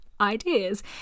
ideas